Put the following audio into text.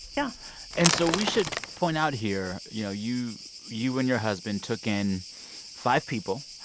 yeah and so we should point out here, you know, you you and your husband took in five people,